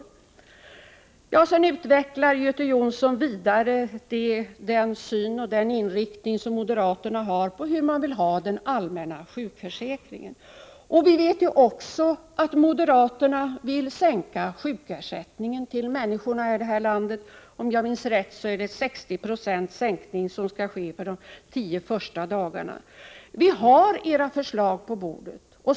Göte Jonsson utvecklar vidare den syn moderaterna har och den inriktning de vill ha på den allmänna sjukförsäkringen. Vi vet också att moderaterna vill sänka sjukersättningen till människorna i vårt land — om jag minns rätt är det 60 70 sänkning för de tio första dagarna. Vi har era förslag på bordet.